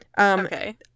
Okay